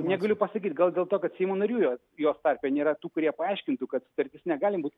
negaliu pasakyt gal dėl to kad seimo narių jos tarpe nėra tų kurie paaiškintų kad sutartis negali būt